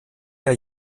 der